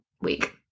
week